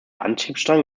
antriebsstrang